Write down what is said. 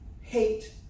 hate